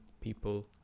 people